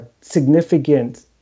significant